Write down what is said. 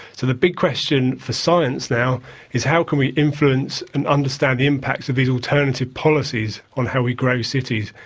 so the big question for science now is how can we influence and understand the impacts of these alternative policies on how we grow cities.